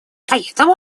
поэтому